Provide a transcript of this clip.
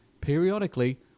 periodically